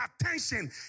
attention